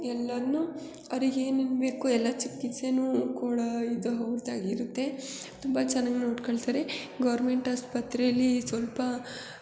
ಎಲ್ಲರನ್ನೂ ಅವ್ರಿಗೆ ಏನೇನು ಬೇಕು ಎಲ್ಲ ಚಿಕಿತ್ಸೆನೂ ಕೂಡ ಇದು ಅವ್ರ್ದಾಗಿರುತ್ತೆ ತುಂಬ ಚೆನ್ನಾಗಿ ನೋಡಿಕೊಳ್ತಾರೆ ಗೌರ್ಮೆಂಟ್ ಆಸ್ಪತ್ರೇಲಿ ಸ್ವಲ್ಪ